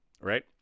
right